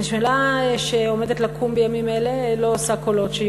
הממשלה שעומדת לקום בימים אלה לא עושה קולות שהיא